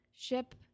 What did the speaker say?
ship